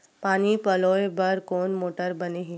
पानी पलोय बर कोन मोटर बने हे?